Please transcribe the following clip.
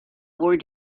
war